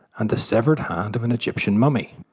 and the severed hand of an egyptian mummy.